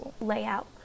layout